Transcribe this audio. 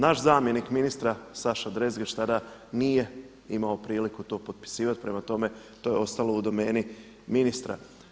Naš zamjenik ministra Saša Drezgić tada nije imao priliku to potpisivati, prema tome to je ostalo u domeni ministra.